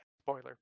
Spoiler